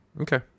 Okay